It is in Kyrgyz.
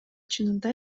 чынында